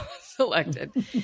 selected